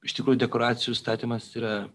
iš tikrųjų dekoracijų statymas yra